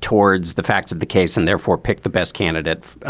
towards the facts of the case and therefore pick the best candidates.